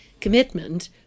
commitment